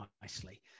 nicely